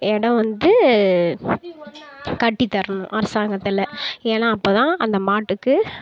இடோம் வந்து கட்டித் தரணும் அரசாங்கத்தில் ஏன்னா அப்போ தான் அந்த மாட்டுக்கு